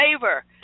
favor